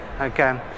okay